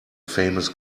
famous